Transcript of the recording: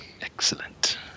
Excellent